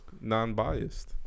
Non-biased